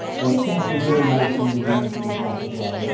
the pants are really nice when you're beating through the brush as well.